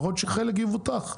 לפחות שחלק יבוטח.